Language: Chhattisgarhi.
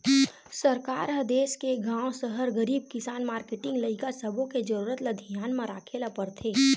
सरकार ह देस के गाँव, सहर, गरीब, किसान, मारकेटिंग, लइका सब्बो के जरूरत ल धियान म राखे ल परथे